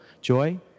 joy